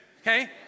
okay